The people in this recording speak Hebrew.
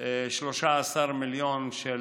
13 מיליון של